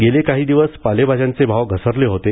गेले काही दिवस पालेभाज्यांचे भाव घसरले होते